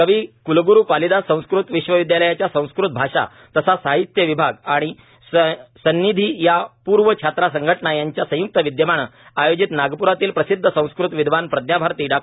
कविक्लग्रू कालिदास संस्कृत विश्वविद्यालयाच्या संस्कृत भाषा तथा साहित्य विभाग आणि सन्निधी या पूर्वछात्रा संघटना यांच्या संय्क्त विद्यमाने आयोजित नागप्रातील प्रसिद्ध संस्कृत विदवान् प्रज्ञाभारती डॉ